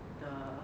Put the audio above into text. the